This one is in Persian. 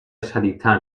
شدیدتر